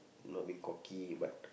not being cocky but